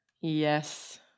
yes